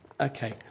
Okay